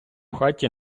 хаті